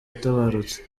atabarutse